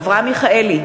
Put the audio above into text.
בעד אברהם מיכאלי,